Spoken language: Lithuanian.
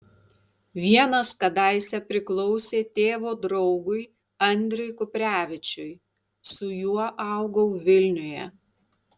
vienas kadaise priklausė tėvo draugui andriui kuprevičiui su juo augau vilniuje